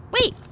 Wait